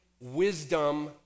wisdom